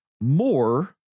more